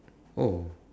oh